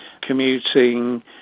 commuting